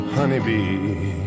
honeybee